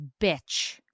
bitch